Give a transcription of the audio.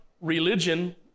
religion